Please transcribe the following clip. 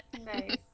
Nice